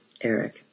Eric